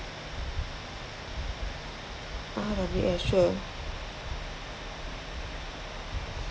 R_W_S sure